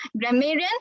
grammarian